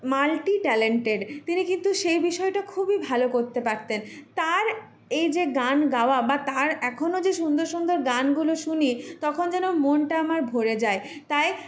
multitalented তিনি কিন্তু সেই বিষয়টা খুবই ভালো করতে পারতেন তার এই যে গান গাওয়া বা তার এখনো যে সুন্দর সুন্দর গানগুলো শুনি তখন যেন মনটা আমার ভরে যায় তাই